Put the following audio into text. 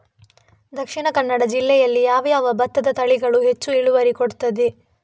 ದ.ಕ ಜಿಲ್ಲೆಯಲ್ಲಿ ಯಾವ ಯಾವ ಭತ್ತದ ತಳಿಗಳು ಹೆಚ್ಚು ಇಳುವರಿ ಕೊಡುತ್ತದೆ?